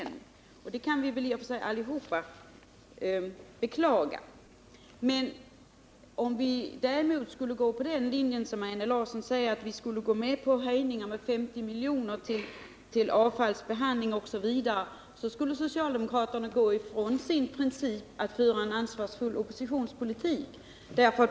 I och för sig kan vi väl alla beklaga detta. Skulle vi däremot välja Einar Larssons linje och gå med på en höjning med 50 milj.kr. för avfallsbehandling m.m., skulle socialdemokraterna frångå sin princip att föra en ansvarsfull oppositionspolitik.